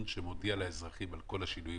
וכו'?